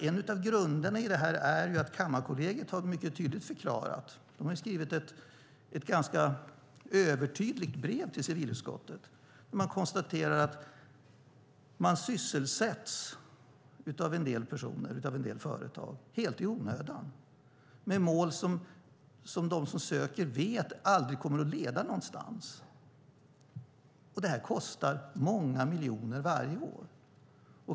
En av grunderna är att Kammarkollegiet skrivit ett ganska övertydligt brev till civilutskottet om att Kammarkollegiet sysselsätts av en del personer och företag helt i onödan med mål som de som ansöker vet aldrig kommer att leda någonstans. Det här kostar många miljoner varje år.